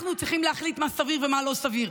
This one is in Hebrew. אנחנו צריכים להחליט מה סביר ומה לא סביר,